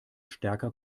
stärker